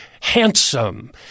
handsome